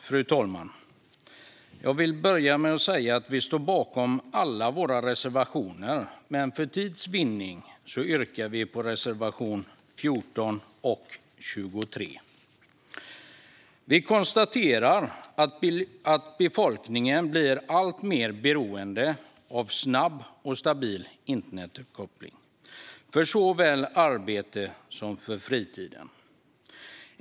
Fru talman! Jag vill börja med att säga att vi står bakom alla våra reservationer, men för tids vinnande yrkar jag bifall endast till reservationerna 14 och 23. Vi konstaterar att befolkningen blir alltmer beroende av en snabb och stabil internetuppkoppling för såväl arbete som fritid.